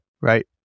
right